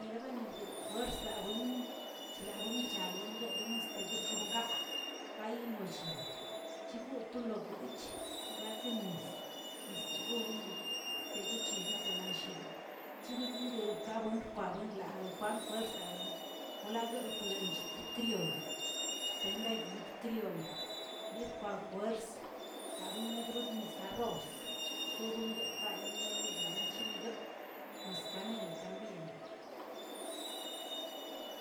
Guebanezdaꞌ juerzaꞌbuin chlabgwin chlabguencha doxob ga'a gayi lo chil chigoo to lo guchꞌ, inchi gakinis nis gonu liꞌi tiguichibuitolin lanshigt, chiniguiri lambgjaroꞌ kwabuenlo kuan juersaꞌwin wlagueutarinchit krioy, xtendebek crioy yirkwaꞌ juers labuenidrod nisaꞌ rroz sobuengaꞌ gayꞌ gayꞌyindierichinigoə nis kanel también.